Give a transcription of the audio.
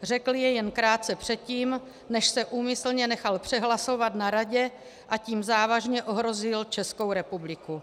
Řekl je jen krátce předtím, než se úmyslně nechal přehlasovat na Radě, a tím závažně ohrozil Českou republiku.